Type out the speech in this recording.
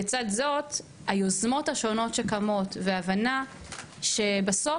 לצד זאת, היוזמות השונות שקמות וההבנה שבסוף,